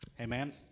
Amen